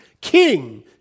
King